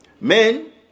Men